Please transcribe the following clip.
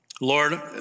Lord